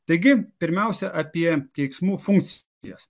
taigi pirmiausia apie keiksmų funkcijas